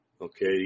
Okay